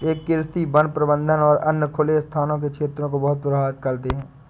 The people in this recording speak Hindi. ये कृषि, वन प्रबंधन और अन्य खुले स्थान के क्षेत्रों को बहुत प्रभावित करते हैं